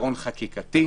פתרון בחקיקה,